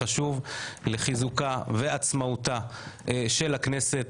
חשוב לחיזוקה ועצמאותה של הכנסת,